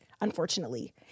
unfortunately